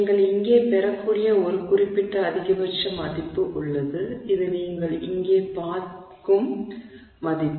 நீங்கள் இங்கே பெறக்கூடிய ஒரு குறிப்பிட்ட அதிகபட்ச மதிப்பு உள்ளது இது நீங்கள் இங்கே பார்க்கும் மதிப்பு